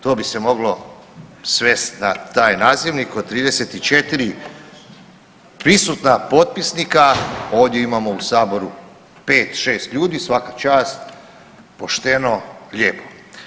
To bi se moglo svest na taj nazivnik od 34 prisutna potpisnika, ovdje imao u saboru 5-6 ljudi, svaka čast, pošteno, lijepo.